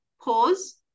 pause